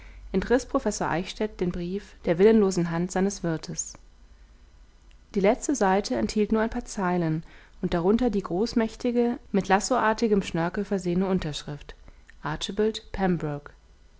entriß professor eichstädt den brief der willenlosen hand seines wirtes die letzte seite enthielt nur ein paar zeilen und darunter die großmächtige mit lassoartigem schnörkel versehene unterschrift archibald